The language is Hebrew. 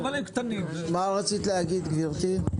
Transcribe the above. מה רצית להגיד, גברתי?